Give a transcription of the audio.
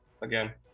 again